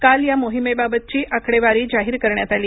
काल या मोहिमेबाबतची आकडेवारी जाहीर करण्यात आली